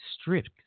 stripped